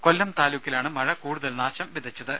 കൊല്ലം താലൂക്കിലാണ് മഴ കൂടുതൽ നാശം വിതച്ചത്